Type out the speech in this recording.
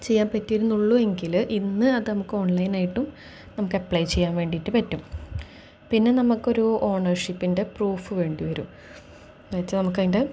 ചെയ്യാൻ പറ്റിയിരുന്നുള്ളൂ എങ്കില് ഇന്നത് നമുക്ക് ഓൺലൈനായിട്ടും നമുക്ക് അപ്ലൈ ചെയ്യാൻ വേണ്ടിയിട്ട് പറ്റും പിന്നെ നമുക്കൊരു ഓണർഷിപ്പിൻ്റെ പ്രൂഫ് വേണ്ടി വരും എന്ന് വെച്ചാല് നമുക്കതിൻ്റെ